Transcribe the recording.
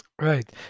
Right